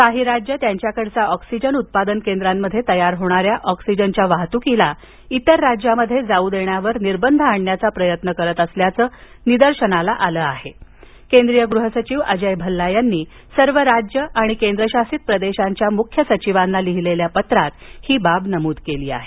काही राज्ये त्यांच्याकडील ऑक्सिजन उत्पादन केंद्रांमध्ये तयार होणाऱ्या ऑक्सिजनच्या वाहतुकीला इतर राज्यात जाऊ देण्यावर निर्बंध आणण्याचा प्रयत्न करत असल्याचं निदर्शनास आलं असल्याचं केंद्रीय गृह सचिव अजय भल्ला यांनी सर्व राज्य आणि केंद्रशासित प्रदेशांच्या मुख्य सचिवांना लिहिलेल्या पत्रात ही बाब नमुद केली आहे